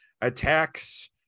attacks